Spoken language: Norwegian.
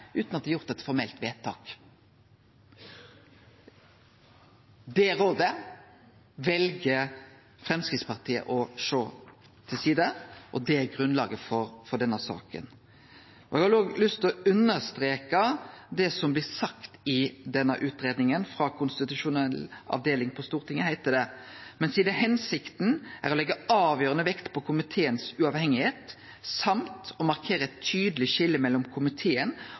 utan at det er gjort eit formelt vedtak. Det rådet vel Framstegspartiet å setje til sides, og det er grunnlaget for denne saka. Eg har òg lyst til å streke under det som blir sagt i den utgreiinga frå konstitusjonell avdeling på Stortinget, at ettersom hensikta er å leggje avgjerande vekt på komiteen si uavhengigheit og ønsket om å markere eit tydeleg skilje mellom komiteen